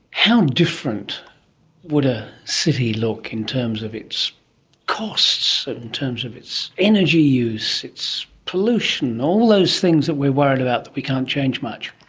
how different would a city look in terms of its costs and in terms of its energy use, its pollution, all those things that we are worried about that we can't change much?